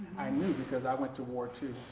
i knew because i went to war too.